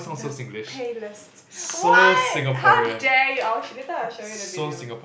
the palest what how dare you I'll later I'll show you the video